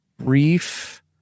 brief